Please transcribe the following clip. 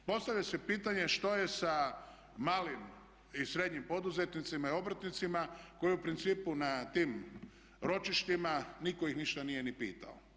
Postavlja se pitanje što je sa malim i srednjim poduzetnicima i obrtnicima koji u principu na tim ročištima niko ih ništa nije ni pitao.